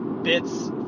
Bits